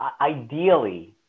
ideally